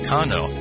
Kano